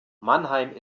mannheim